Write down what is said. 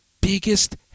biggest